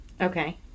okay